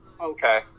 Okay